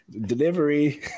delivery